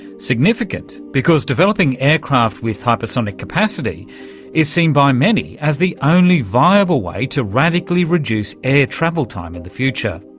significant because developing aircraft with hypersonic capacity is seen by many as the only viable way to radically reduce air travel time in the future.